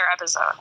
episode